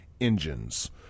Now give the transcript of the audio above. engines